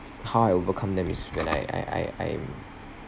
how I overcome them is when I I I I am